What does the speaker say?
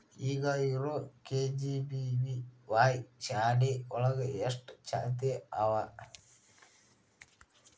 ಈಗ ಇರೋ ಕೆ.ಜಿ.ಬಿ.ವಿ.ವಾಯ್ ಶಾಲೆ ಒಳಗ ಎಷ್ಟ ಚಾಲ್ತಿ ಅವ?